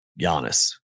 Giannis